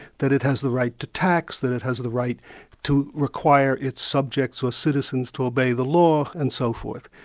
that it has the right to tax, that it has the right to require its subjects or citizens to obey the law, and so forth.